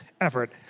effort